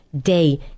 day